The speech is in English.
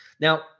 Now